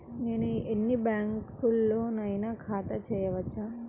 నేను ఎన్ని బ్యాంకులలోనైనా ఖాతా చేయవచ్చా?